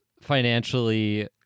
financially